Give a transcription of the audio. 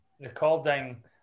recording